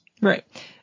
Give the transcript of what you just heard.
Right